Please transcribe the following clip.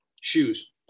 shoes